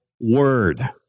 word